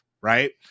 Right